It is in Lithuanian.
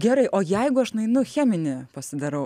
gerai o jeigu aš nueinu cheminį pasidarau